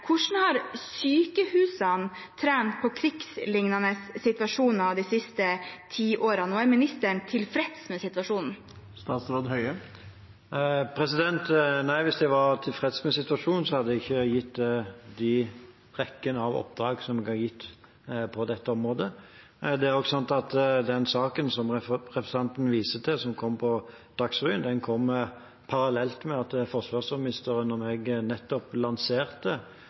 Hvordan har sykehusene trent på krigslignende situasjoner de siste ti årene, og er ministeren tilfreds med situasjonen? Nei, hvis jeg var tilfreds med situasjonen, hadde jeg ikke gitt den rekken av oppdrag som jeg har gitt på dette området. Den saken som representanten viser til, som var på Dagsrevyen, kom parallelt med at forsvarsministeren og jeg lanserte en ny avtale mellom Forsvarsdepartementet og Helse- og omsorgsdepartementet om det